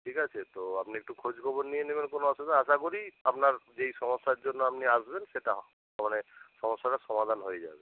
ঠিক আছে তো আপনি একটু খোঁজখবর নিয়ে নেবেন কোনো অসুবিধা আশা করি আপনার যেই সমস্যার জন্য আমনি আসবেন সেটা মানে সমস্যাটার সমাধান হয়ে যাবে